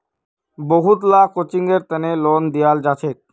बहुत ला कोचिंगेर तने लोन दियाल जाछेक